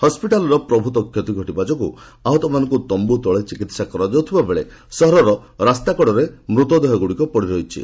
ହସ୍କିଟାଲ୍ର ପ୍ରଭୁତ କ୍ଷତି ଘଟିବା ଯୋଗୁଁ ଆହତମାନଙ୍କୁ ତମ୍ଭୁତଳେ ଚିକିତ୍ସା କରାଯାଉଥିବା ସହରର ରାସ୍ତାକଡ଼ରେ ମୃତଦେହଗୁଡ଼ିକ ପଡ଼ିରହିଛି